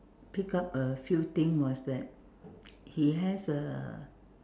pick up a few things was that he has a